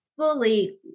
fully